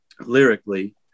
lyrically